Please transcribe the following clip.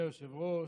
אדוני היושב-ראש,